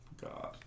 God